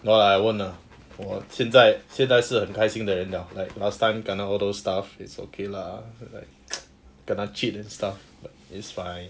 no lah I won't lah 我现在现在是很开心的人了 like last time kena all those stuff is okay lah like kena cheat and stuff it's fine